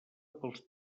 pels